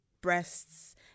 breasts